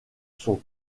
sont